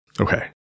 Okay